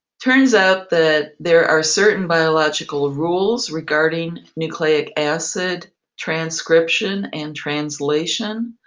turns out that there are certain biological rules regarding nucleic acid transcription and translation,